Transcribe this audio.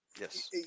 Yes